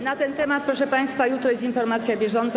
Na ten temat, proszę państwa, jutro jest informacja bieżąca.